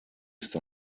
ist